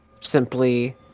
simply